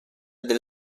del